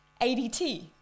adt